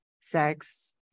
sex